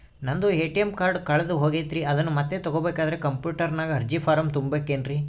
ನಂದು ATM card ಕಳೆದು ಹೋಗೈತ್ರಿ ಅದನ್ನು ಮತ್ತೆ ತಗೋಬೇಕಾದರೆ ಕಂಪ್ಯೂಟರ್ ನಾಗ ಅರ್ಜಿ ಫಾರಂ ತುಂಬಬೇಕನ್ರಿ?